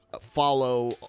follow